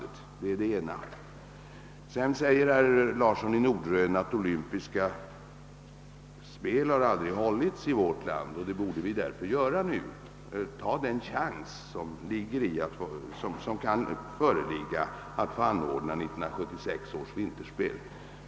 Det var den ena sidan av frågan. Vidare anför herr Larsson i Norderön att olympiska vinterspel aldrig har hållits i vårt land och att vi därför borde ta den chans som föreligger att få ordna 1976 års vinterspel.